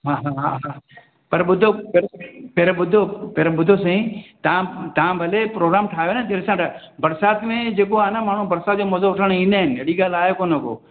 हा हा हा हा पर ॿुधो पहिरों पहिरों ॿुधो पहिरों ॿुधो सही तव्हां तव्हां भले प्रोग्राम ठाहियो न दिलि सां त बरिसात में जेको आहे न माण्हूं बरिसातुनि जो मज़ो वठणु ईंदा आहिनि हेड़ी ॻाल्हि आहे कोन को